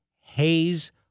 Hayes